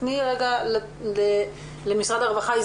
כי יש את המענים הרגילים של משרד הרווחה.